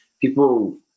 people